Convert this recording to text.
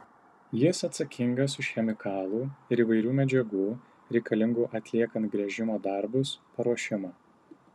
jis atsakingas už chemikalų ir įvairių medžiagų reikalingų atliekant gręžimo darbus paruošimą